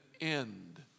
end